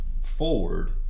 forward